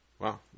Wow